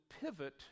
pivot